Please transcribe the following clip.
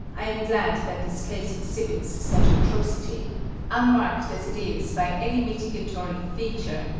i am glad that this case exhibits such atrocity unmarked as it is by any mitigatory feature,